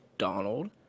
Donald